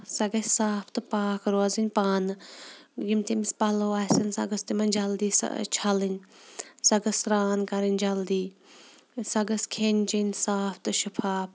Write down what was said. سۄ گژھِ صاف تہٕ پاک روزٕنۍ پانہٕ یِم تٔمِس پَلو آسن سۄ گٔژھ تِمَن جلدی سۄ چھَلٕنۍ سۄ گٔژھ سرٛان کَرٕنۍ جلدی سۄ گٔژھ کھیٚنۍ چیٚنۍ صاف تہٕ شِفاف